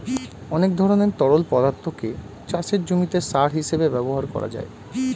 অনেক ধরনের তরল পদার্থকে চাষের জমিতে সার হিসেবে ব্যবহার করা যায়